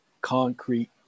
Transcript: concrete